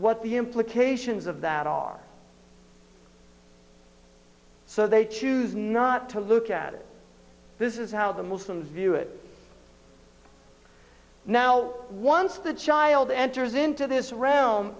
what the implications of that are so they choose not to look at it this is how the muslims view it now once the child enters into this